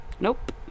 Nope